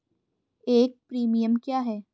एक प्रीमियम क्या है?